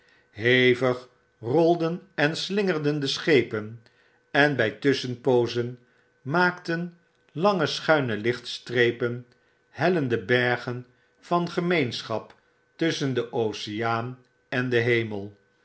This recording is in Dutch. hevig rolden en slingerden de schepen en by tusschenpoozen maakten lange schuine lichtstreepen hellende bergen van gemeenschap tusschen den oceaan en den hemel